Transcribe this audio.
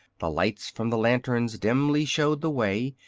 the lights from the lanterns dimly showed the way,